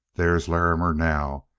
there's larrimer now,